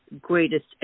greatest